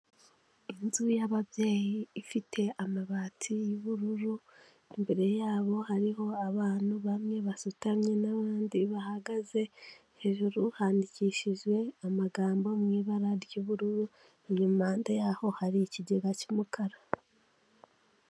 Inzu yabababyeyi ifite amabati y'ubururu, imbere yabo hariho abantu bamwe basutamye n'abandi bahagaze hejuru, handikishijwe amagambo mu ibara ry'ubururumande yaho hari ikigega cy'umukara.